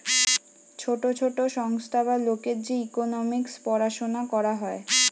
ছোট ছোট সংস্থা বা লোকের যে ইকোনোমিক্স পড়াশুনা করা হয়